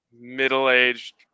middle-aged